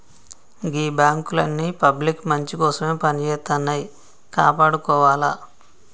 గీ బాంకులన్నీ పబ్లిక్ మంచికోసమే పనిజేత్తన్నయ్, కాపాడుకోవాల